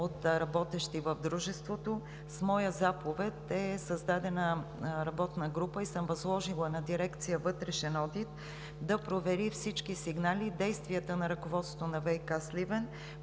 от работещи в Дружеството. С моя заповед е създадена работна група и съм възложила на дирекция „Вътрешен одит“ да провери всички сигнали и действията на ръководството на „ВиК – Сливен“,